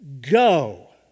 go